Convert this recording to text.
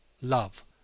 Love